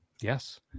Yes